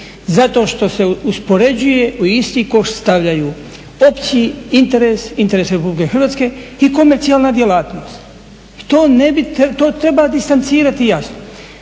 zato što se uspoređuje, u isti koš stavljaju opći interes, interes Republike Hrvatske i komercijalna djelatnost. To treba distancirati jasno.